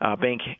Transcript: bank